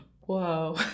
Whoa